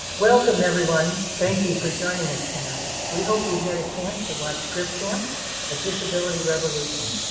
welcome, everyone. thank you for joining us tonight. we hope you've had a chance to watch crip camp a disability revolution.